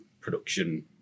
production